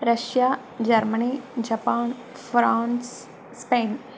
Russia Germany Japan France Spain